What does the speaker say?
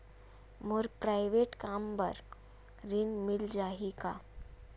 मोर private कम बर ऋण मिल जाही का?